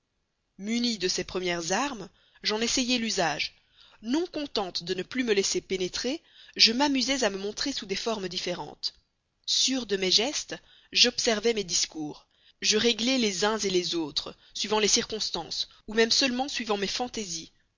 munie de ces premières armes j'en essayai l'usage non contente de ne plus me laisser pénétrer je m'amusais à me montrer sous des formes différentes sûre de mes gestes j'observais mes discours je réglais les uns les autres suivant les circonstances ou même seulement suivant mes fantaisies